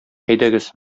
әйдәгез